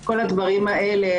כל הדברים האלה